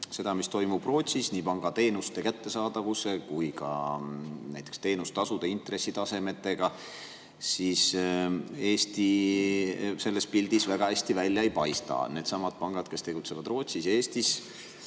sellega, mis toimub Rootsis nii pangateenuste kättesaadavuse kui ka näiteks teenustasude ja intressitasemetega, siis Eesti selles pildis väga hästi välja ei paista. Needsamad pangad, kes tegutsevad nii Rootsis kui ka Eestis,